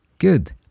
Good